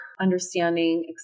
understanding